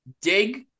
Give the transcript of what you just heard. dig